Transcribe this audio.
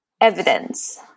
evidence